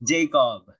Jacob